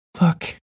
Look